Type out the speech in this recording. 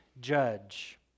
judge